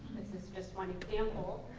this is just one example.